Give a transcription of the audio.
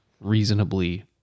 reasonably